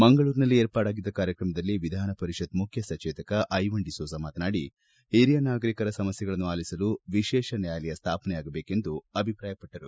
ಮಂಗಳೂರಿನಲ್ಲಿ ಏರ್ಪಾಡಾಗಿದ್ದ ಕಾರ್ಯಕ್ರಮದಲ್ಲಿ ವಿಧಾನ ಪರಿಷತ್ ಮುಖ್ಯ ಸಚೇತಕ ಐವನ್ ಡಿಸೋಜ ಮಾತನಾಡಿ ಹಿರಿಯ ನಾಗರಿಕರ ಸಮಸ್ಥೆಗಳನ್ನು ಆಲಿಸಲು ವಿಶೇಷ ನ್ವಾಯಾಲಯ ಸ್ವಾಪನೆಯಾಗಬೇಕೆಂದು ಅಭಿಪ್ರಾಯಪಟ್ಟರು